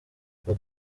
tuba